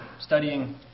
studying